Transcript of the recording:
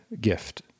gift